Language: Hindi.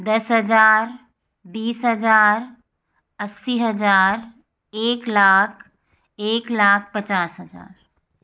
दस हज़ार बीस हज़ार अस्सी हज़ार एक लाख एक लाख पचास हज़ार